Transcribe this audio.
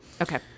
okay